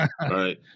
right